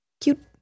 Cute